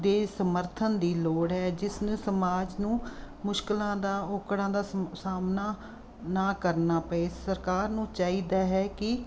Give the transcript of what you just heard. ਦੇ ਸਮਰਥਨ ਦੀ ਲੋੜ ਹੈ ਜਿਸ ਨੂੰ ਸਮਾਜ ਨੂੰ ਮੁਸ਼ਕਿਲਾਂ ਦਾ ਔਕੜਾਂ ਦਾ ਸ ਸਾਹਮਣਾ ਨਾ ਕਰਨਾ ਪਏ ਸਰਕਾਰ ਨੂੰ ਚਾਹੀਦਾ ਹੈ ਕਿ